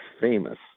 famous